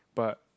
but